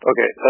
Okay